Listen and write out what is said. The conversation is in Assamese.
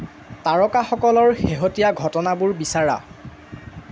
তাৰকাসকলৰ শেহতীয়া ঘটনাবোৰ বিচাৰা